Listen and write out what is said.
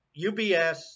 UBS